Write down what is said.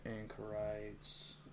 Anchorites